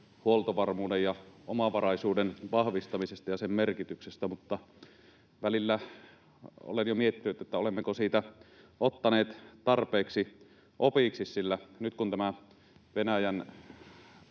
huoltovarmuuden ja omavaraisuuden vahvistamisesta ja sen merkityksestä. Mutta välillä olen jo miettinyt, olemmeko siitä ottaneet tarpeeksi opiksi, sillä nyt kun tämä Venäjän